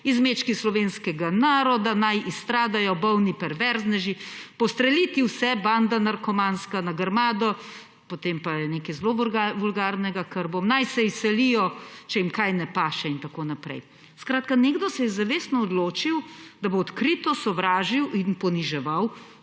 »izmečki slovenskega naroda«, »naj izstradajo«, »bolni perverzneži«, »postreliti vse«, »banda narkomanska, na grmado«, potem pa je nekaj zelo vulgarnega, česar ne bom, »naj se izselijo, če jim kaj ne paše« in tako naprej. Skratka, nekdo se je zavestno odločil, da bo odkrito sovražil in poniževal